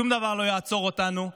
שום דבר לא יעצור אותנו.